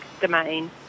domain